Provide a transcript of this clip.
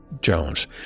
Jones